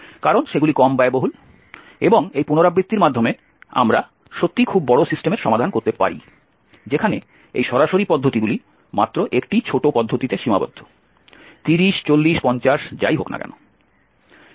কারণ সেগুলি কম ব্যয়বহুল এবং এই পুনরাবৃত্তির মাধ্যমে আমরা সত্যিই খুব বড় সিস্টেমের সমাধান করতে পারি যেখানে এই সরাসরি পদ্ধতিগুলি মাত্র একটি ছোট পদ্ধতিতে সীমাবদ্ধ 30 40 50 যাই হোক না কেন